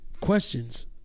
questions